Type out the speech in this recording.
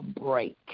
break